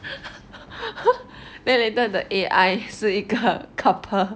then later the A_I 是一个 couple